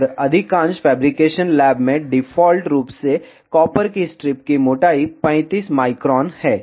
और अधिकांश fabrication lab में डिफ़ॉल्ट रूप से कॉपर की स्ट्रिप की मोटाई 35 माइक्रोन है